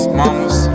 mamas